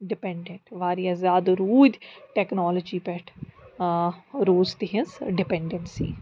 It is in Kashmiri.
ڈِپیٚنٛڈیٚنٛٹ واریاہ زیادٕ روٗدۍ ٹیٚکنالوجی پؠٹھ ٲں روٗز تِہنٛز ڈِپیٚنٛڈیٚنسی